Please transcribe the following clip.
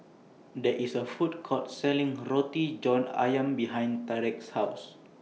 There IS A Food Court Selling Roti John Ayam behind Tyrek's House